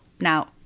Now